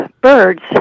birds